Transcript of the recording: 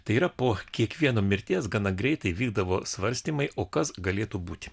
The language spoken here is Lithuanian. tai yra po kiekvieno mirties gana greitai vykdavo svarstymai o kas galėtų būti